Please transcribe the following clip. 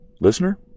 listener